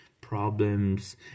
Problems